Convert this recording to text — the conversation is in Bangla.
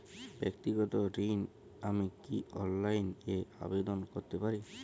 ব্যাক্তিগত ঋণ আমি কি অনলাইন এ আবেদন করতে পারি?